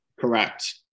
Correct